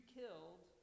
killed